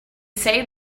say